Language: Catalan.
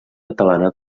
catalana